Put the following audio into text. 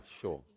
sure